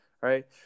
Right